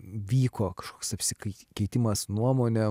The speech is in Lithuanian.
vyko kažkoks apsikeitimas nuomonėm